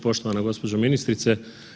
Poštovana gospođo ministrice.